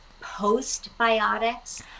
postbiotics